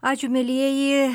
ačiū mielieji